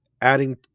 adding